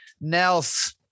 Nels